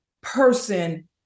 person